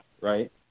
right